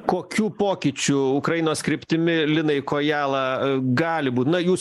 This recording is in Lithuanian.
kokių pokyčių ukrainos kryptimi linai kojala gali būt na jūs